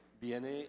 viene